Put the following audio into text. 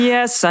Yes